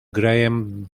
graham